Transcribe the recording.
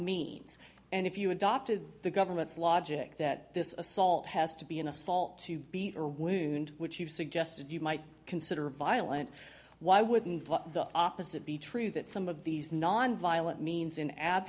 means and if you adopted the government's logic that this assault has to be an assault to beat or wound which you've suggested you might consider violent why wouldn't the opposite be true that some of these nonviolent means in a